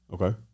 Okay